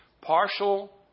partial